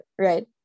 right